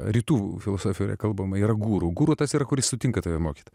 rytų filosofijoje kalbama yra guru guru tas kuris sutinka tave mokyti